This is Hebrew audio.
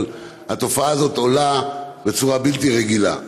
אבל התופעה הזאת עולה בצורה בלתי רגילה.